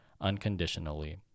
unconditionally